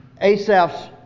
Asaph's